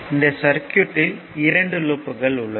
இந்த சர்க்யூட்யில் இரண்டு லூப்கள் உள்ளது